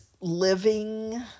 living